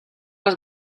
les